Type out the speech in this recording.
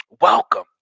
Welcome